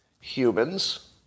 humans